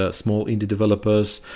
ah small indie developers,